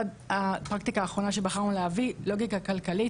הפרקטיקה האחרונה שבחרנו להביא לוגיקה כלכלית